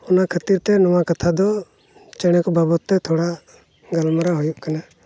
ᱚᱱᱟ ᱠᱷᱟᱹᱛᱤᱨᱼᱛᱮ ᱱᱚᱣᱟ ᱠᱟᱛᱷᱟ ᱫᱚ ᱪᱮᱬᱮ ᱠᱚ ᱵᱟᱵᱚᱫᱼᱛᱮ ᱛᱷᱚᱲᱟ ᱜᱟᱞᱢᱟᱨᱟᱣ ᱦᱩᱭᱩᱜ ᱠᱟᱱᱟ